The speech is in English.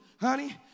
honey